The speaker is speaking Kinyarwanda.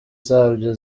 zabyo